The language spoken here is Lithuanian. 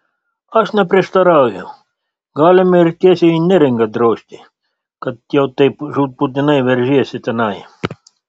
aš neprieštarauju galime ir tiesiai į neringą drožti kad jau taip žūtbūtinai veržiesi tenai